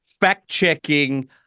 fact-checking